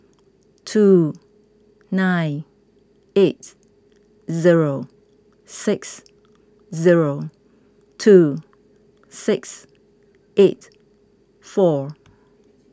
two nine eight zero six zero two six eight four